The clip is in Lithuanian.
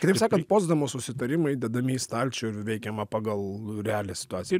kitaip sakant potsdamo susitarimai dedami į stalčių ir veikiama pagal realią situaciją